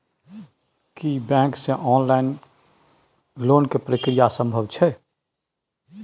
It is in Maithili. की बैंक से ऑनलाइन लोन के प्रक्रिया संभव छै?